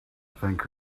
think